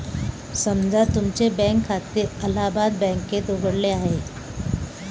समजा तुमचे बँक खाते अलाहाबाद बँकेत उघडले आहे